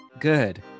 good